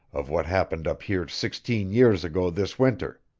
of what happened up here sixteen years ago this winter.